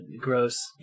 gross